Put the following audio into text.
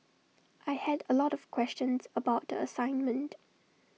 I had A lot of questions about the assignment